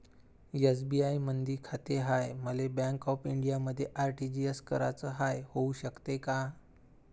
SBI मधी खाते हाय, मले बँक ऑफ इंडियामध्ये आर.टी.जी.एस कराच हाय, होऊ शकते का?